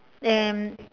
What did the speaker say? and